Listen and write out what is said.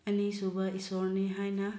ꯑꯅꯤꯁꯨꯕ ꯏꯁꯣꯔꯅꯤ ꯍꯥꯏꯅ